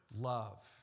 love